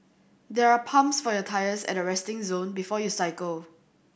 there are pumps for your tyres at the resting zone before you cycle